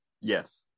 Yes